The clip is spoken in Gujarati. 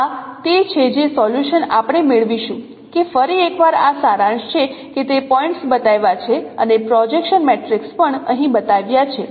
તેથી આ તે છે જે સોલ્યુશન આપણે મેળવીશું કે ફરી એકવાર આ સારાંશ છે કે તે પોઇન્ટ્સ બતાવ્યા છે અને પ્રોજેક્શન મેટ્રિક્સ પણ અહીં બતાવ્યા છે